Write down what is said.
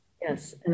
yes